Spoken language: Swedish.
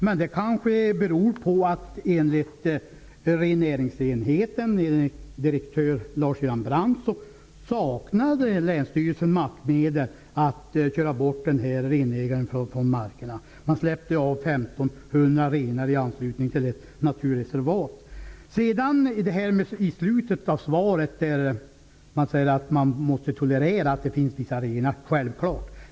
Men det kanske beror på att länsstyrelsen enligt rennäringsenhetens direktör Lars Göran Brandt saknade maktmedel att köra bort renarna från markerna -- 1 500 renar hade släppts ut i anslutning till ett naturreservat. I slutet av svaret säger jordbruksministern att man måste tolerera att det finns ett antal renar. Självklart!